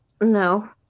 no